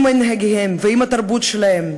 עם מנהגיהם ועם התרבות שלהם.